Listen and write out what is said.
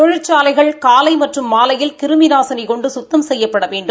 தொழிற்சாலைகள் காலை மற்றும் மாலையில் கிருமி நாசினி கொண்டு குத்தம் செய்ய வேண்டும்